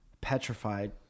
petrified